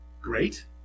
great